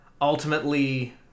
Ultimately